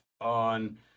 on